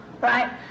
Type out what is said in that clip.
right